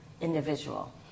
individual